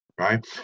right